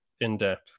in-depth